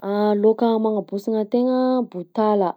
Laoka magnambonsigna tegna: botala,